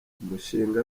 umushinga